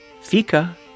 Fika